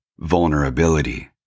vulnerability